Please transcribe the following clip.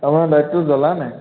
তাৰমানে লাইটটো জ্বলা নাই